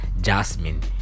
Jasmine